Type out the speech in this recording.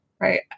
right